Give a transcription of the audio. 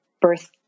birth